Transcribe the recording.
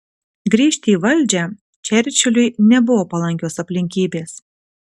grįžti į valdžią čerčiliui nebuvo palankios aplinkybės